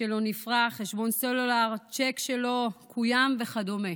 שלא נפרע, חשבון סלולר, צ'ק שלא קוים וכדומה.